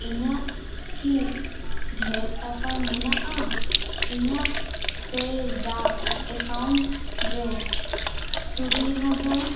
ᱤᱧᱟᱹᱜ ᱠᱤ ᱰᱷᱮᱨ ᱴᱟᱠᱟ ᱢᱮᱱᱟᱜᱼᱟ ᱤᱧᱟᱹᱜ ᱯᱮᱡᱟᱯ ᱮᱠᱟᱣᱩᱱᱴ ᱨᱮ ᱛᱩᱨᱩᱭ ᱦᱟᱡᱟᱨ